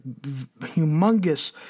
humongous